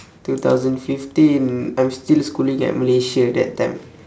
two thousand fifteen I'm still schooling at malaysia that time